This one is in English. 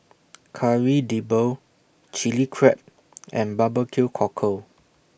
Kari Debal Chilli Crab and B B Q Cockle